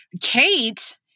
Kate